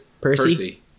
Percy